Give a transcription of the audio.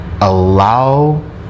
allow